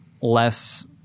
less